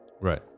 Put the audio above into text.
Right